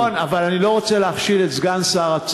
נכון, אבל אני לא רוצה להכשיל את סגן השר.